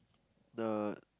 uh